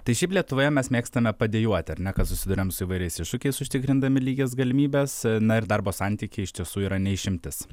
tai šiaip lietuvoje mes mėgstame padejuoti ar ne kad susiduriam su įvairiais iššūkiais užtikrindami lygias galimybes na ir darbo santykiai iš tiesų yra ne išimtis